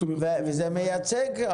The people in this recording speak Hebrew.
זה מייצג?